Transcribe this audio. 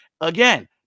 Again